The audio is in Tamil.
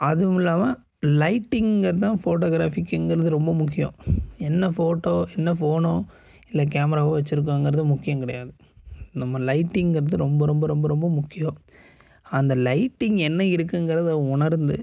அதுவும் இல்லாமல் லைட்டிங்கிறது தான் ஃபோட்டோகிராஃபிக்கிங்கிறது ரொம்ப முக்கியம் என்ன ஃபோட்டோ என்ன ஃபோனோ இல்லை கேமராவோ வச்சிருக்கோங்கிறது முக்கியம் கிடையாது நம்ம லைட்டிங்கிறது ரொம்ப ரொம்ப ரொம்ப முக்கியம் அந்த லைட்டிங் என்ன இருக்குங்கிறதை உணர்ந்து